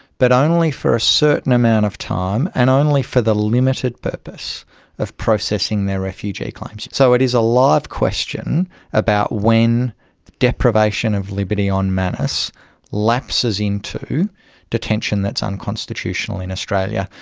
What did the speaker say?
but only for a certain amount of time and only for the limited purpose of processing their refugee claims. so it is a live question about when deprivation of liberty on manus lapses into detention that is unconstitutional in australia.